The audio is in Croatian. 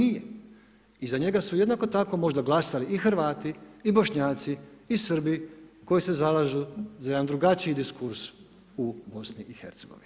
I za njega su jednako tako možda glasali i Hrvati i Bošnjaci i Srbi koji se zalažu za jedan drugačiji diskurs u BiH.